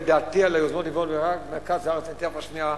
ואת דעתי על היוזמות במרכז הארץ אני אגיד עוד שנייה.